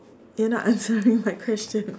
you are not answering my question